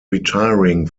retiring